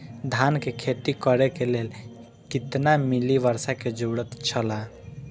धान के खेती करे के लेल कितना मिली वर्षा के जरूरत छला?